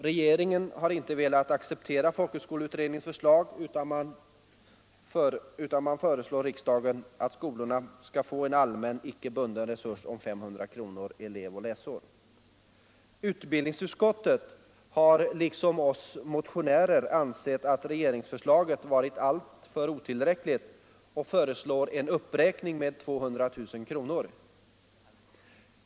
Regeringen har inte velat acceptera folkhögskoleutredningens förslag utan föreslår riksdagen att skolorna skall få en allmän, icke bunden resurs på 500 kr. per elev och läsår. Utbildningsutskottet har liksom vi motionärer ansett att regeringsförslaget varit alltför otillräckligt och föreslår en uppräkning med 200 000 kr.